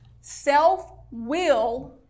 Self-will